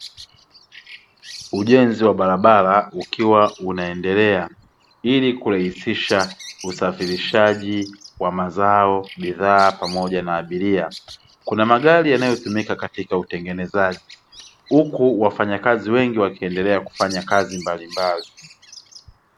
Ujenzi wa barabara ukiwa unaendelea ili kurahisisha usafirishaji wa mazao, bidhaa pamoja na abiria. Kuna magari yanayotumika katika utengenezaji, huku wafanyakazi wengi wakiendelea kufanya kazi mbalimbali .